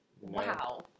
Wow